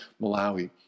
Malawi